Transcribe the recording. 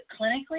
clinically